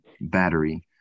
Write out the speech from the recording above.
battery